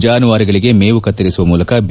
ಜಾನುವಾರುಗಳಿಗೆ ಮೇವು ಕತ್ತರಿಸುವ ಮೂಲಕ ಬಿ